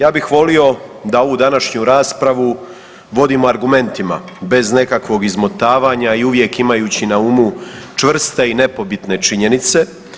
Ja bih volio da ovu današnju raspravu vodimo argumentima, bez nekakvog izmotavanja i uvijek imajući na umu čvrste i nepobitne činjenice.